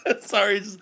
Sorry